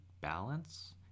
balance